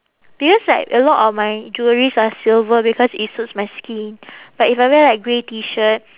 because like a lot of my jewelleries are silver because it suits my skin but if I wear like grey T shirt